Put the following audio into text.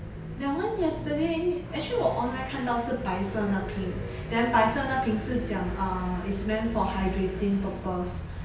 that one yesterday actually 我 online 看到是白色那瓶 then 白色那瓶是讲 uh it's meant for hydrating purpose